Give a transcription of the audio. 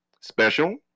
special